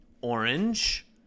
orange